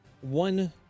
one